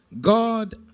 God